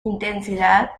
intensidad